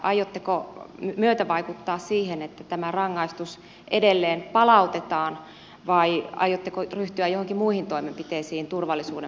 aiotteko myötävaikuttaa siihen että tämä rangaistus edelleen palautetaan vai aiotteko ryhtyä joihinkin muihin toimenpiteisiin turvallisuuden parantamiseksi